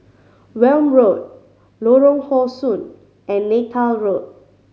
Welm Road Lorong How Sun and Neythal Road